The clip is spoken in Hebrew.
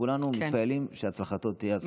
כולנו מתפללים שהצלחתו תהיה הצלחת כולם.